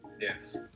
Yes